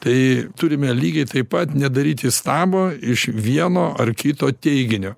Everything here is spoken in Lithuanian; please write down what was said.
tai turime lygiai taip pat nedaryti stabo iš vieno ar kito teiginio